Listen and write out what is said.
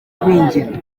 igwingira